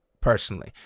personally